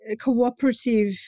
cooperative